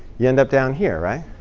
you end up down here, right?